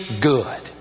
good